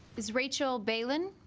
is rachael balin